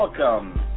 Welcome